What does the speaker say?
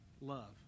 Love